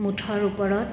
মুঠৰ ওপৰত